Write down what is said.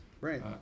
Right